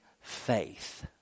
faith